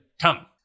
Come